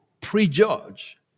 prejudge